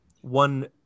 one